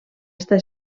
està